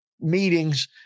meetings